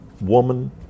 Woman